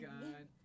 God